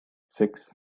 six